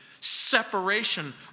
separation